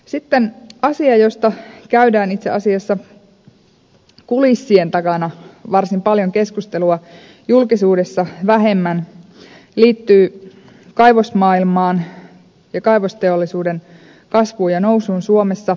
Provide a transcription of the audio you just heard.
sitten asia josta käydään itse asiassa kulissien takana varsin paljon keskustelua julkisuudessa vähemmän se liittyy kaivosmaailmaan ja kaivosteollisuuden kasvuun ja nousuun suomessa